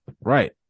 right